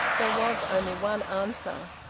there was only one answer.